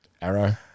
Arrow